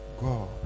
God